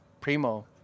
Primo